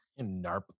Narp